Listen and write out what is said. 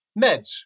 meds